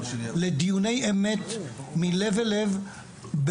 לדיוני אמת מלב אל לב,